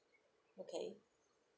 okay